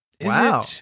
Wow